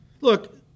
Look